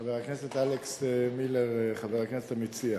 חבר הכנסת אלכס מילר, חבר הכנסת המציע,